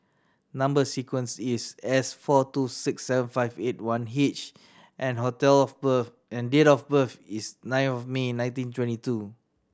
number sequence is S four two six seven five eight one H and hotel of birth and date of birth is nine of May nineteen twenty two